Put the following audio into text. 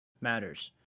matters